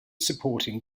supporting